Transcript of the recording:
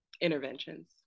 interventions